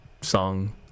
song